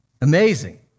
Amazing